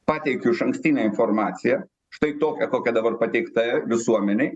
pateikiu išankstinę informaciją štai tokią kokia dabar pateikta visuomenei